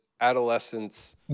adolescence